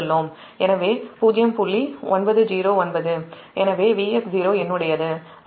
எனவேVf0 என்னுடையது